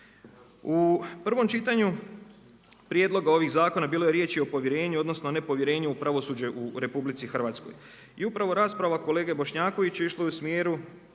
U prvom čitanju prijedloga ovih zakona bilo je riječi i o povjerenju odnosno nepovjerenju u pravosuđe u RH. I upravo rasprava kolege Bošnjakovića išla je u smjeru